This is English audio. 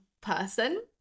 person